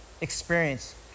experience